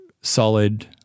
solid